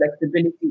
flexibility